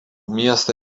miestą